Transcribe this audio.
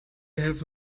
have